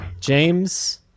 James